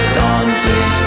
daunting